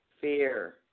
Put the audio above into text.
fear